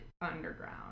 underground